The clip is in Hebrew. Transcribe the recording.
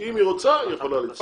אם היא רוצה, היא יכולה להצטרף.